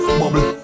bubble